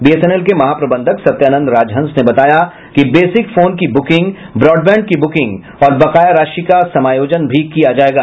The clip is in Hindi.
बीएसएनएल के महाप्रबंधक सत्यानंद राजहंस ने बताया कि बेसिक फोन की बुकिंग ब्राडबैंड की बुकिंग और बकाया राशि का समायोजन भी किया जायेगा